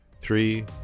three